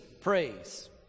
praise